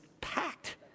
packed